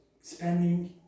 spending